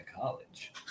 college